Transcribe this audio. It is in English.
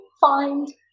find